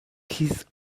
his